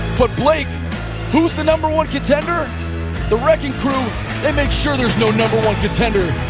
but blake who is the number one contender the wrecking crew they make sure there is no number one contender